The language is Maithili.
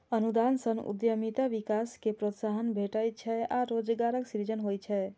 अनुदान सं उद्यमिता विकास कें प्रोत्साहन भेटै छै आ रोजगारक सृजन होइ छै